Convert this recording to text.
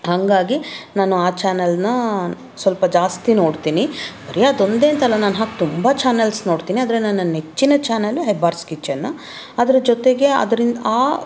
ಹಾಗಾಗಿ ನಾನು ಆ ಚಾನಲನ್ನ ಸ್ವಲ್ಪ ಜಾಸ್ತಿ ನೋಡ್ತೀನಿ ಬರಿ ಅದೊಂದೇ ಅಂತಲ್ಲ ನಾನು ಹಾಗೆ ತುಂಬ ಚಾನಲ್ಸ್ ನೋಡ್ತೀನಿ ಆದರೆ ನನ್ನ ನೆಚ್ಚಿನ ಚಾನಲ್ ಹೆಬ್ಬಾರ್ಸ್ ಕಿಚನ್ನ ಅದರ ಜೊತೆಗೆ ಅದ್ರಿನ್ ಆ